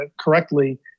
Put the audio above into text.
correctly